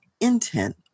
intent